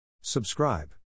Subscribe